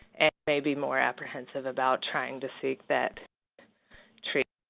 may be more apprehensive about trying to seek that treatment.